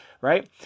right